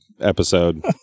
episode